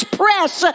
press